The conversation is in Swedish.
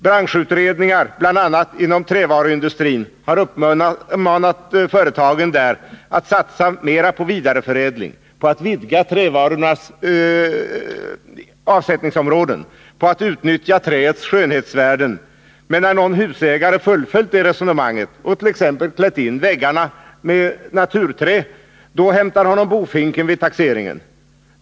Branschutredningar, bl.a. inom trävaruindustrin, har uppmanat företagen där att satsa mera på vidareförädling, på att vidga trävarornas avsättningsområden, på att utnyttja träets skönhetsvärden. Men när någon husägare fullföljt det resonemanget och t.ex. klätt in väggarna med naturträ, då hämtar honom bofinken vid taxeringen!